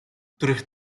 których